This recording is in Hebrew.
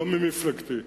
לא ממפלגתי,